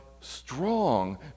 strong